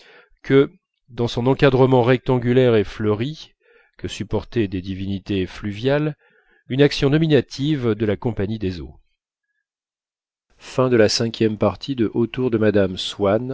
que dans son encadrement rectangulaire et fleuri que supportaient des divinités fluviales une action nominative de la compagnie des eaux